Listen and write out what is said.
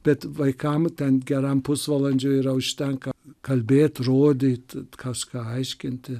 bet vaikam ten geram pusvalandžiui yra užtenka kalbėt rodyti kažką aiškinti